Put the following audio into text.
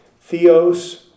theos